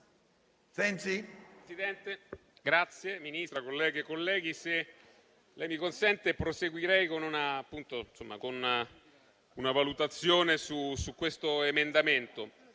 signora Ministra, colleghe e colleghi, se mi è consentito, proseguirei con una valutazione su questo emendamento,